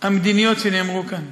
המדיניות שאמרו כאן.